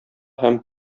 һәм